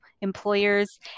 employers